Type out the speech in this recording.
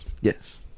Yes